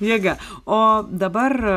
jėga o dabar